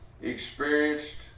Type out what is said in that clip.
experienced